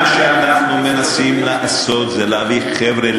מה שאנחנו מנסים לעשות זה להביא חבר'ה,